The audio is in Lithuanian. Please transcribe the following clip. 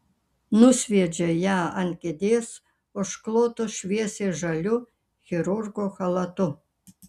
nusviedžia ją ant kėdės užklotos šviesiai žaliu chirurgo chalatu